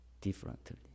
differently